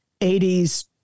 80s